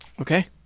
okay